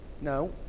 no